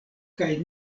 kaj